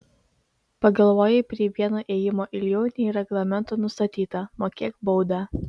pagalvojai prie vieno ėjimo ilgiau nei reglamento nustatyta mokėk baudą